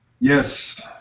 yes